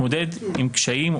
להתמודד עם קשיים,